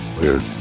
Weird